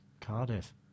Cardiff